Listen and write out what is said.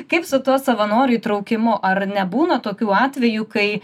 kaip su tuo savanorių įtraukimu ar nebūna tokių atvejų kai